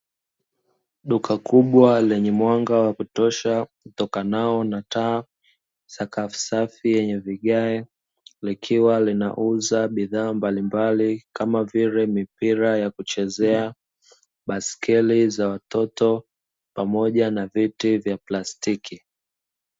Duka kubwa lenye mwanga wakutosha utokanao na taa, Sakafu safi yenye vigae, likiwa linauza bidhaa mbalimbali, kama vile Mipira ya kuchezea, baiskeli za watoto pamoja na viti vya plastiki.